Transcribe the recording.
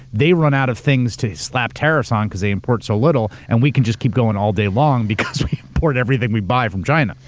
they run out of things to slap tariffs on because they import so little, and we can just keep going all day long because we import everything we buy from china.